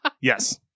Yes